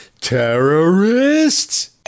terrorists